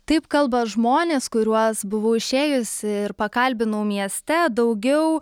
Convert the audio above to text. taip kalba žmonės kuriuos buvau išėjusi ir pakalbinau mieste daugiau